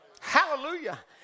Hallelujah